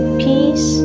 peace